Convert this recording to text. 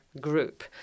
group